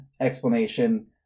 explanation